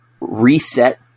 reset